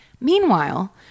meanwhile